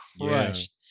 crushed